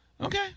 Okay